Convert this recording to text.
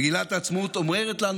מגילת העצמאות אומרת לנו,